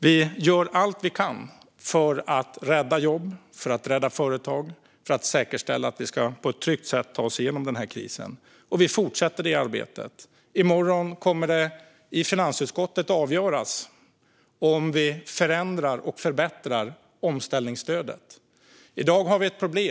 Vi gör allt vi kan för att rädda jobb och företag och säkerställa att vi på ett tryggt sätt ska ta oss igenom den här krisen. Vi fortsätter det arbetet. I morgon kommer det i finansutskottet att avgöras om vi förändrar och förbättrar omställningsstödet.